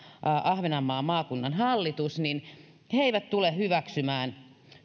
ahvenanmaan maakunnan hallitus ei tule hyväksymään